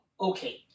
Okay